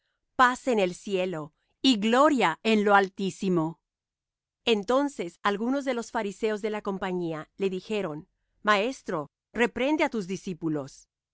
en el cielo y gloria en lo altísimo entonces algunos de los fariseos de la compañía le dijeron maestro reprende á tus discípulos